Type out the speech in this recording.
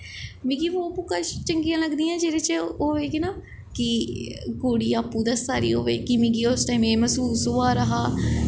मिगी ओह् बुक्कां चंगियां लगदियां जेह्दे च ओह् होए कि ना कि कुड़ी आपूं दस्सै दी होए कि मिगी उस टैम एह् मैह्सूस होआ दा हा